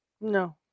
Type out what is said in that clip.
No